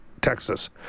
Texas